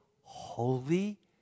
holy